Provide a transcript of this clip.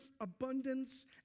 abundance